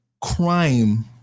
crime